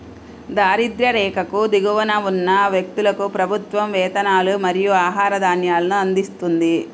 దారిద్య్ర రేఖకు దిగువన ఉన్న వ్యక్తులకు ప్రభుత్వం వేతనాలు మరియు ఆహార ధాన్యాలను అందిస్తుంది